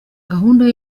gahunda